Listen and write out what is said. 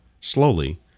slowly